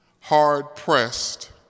Hard-pressed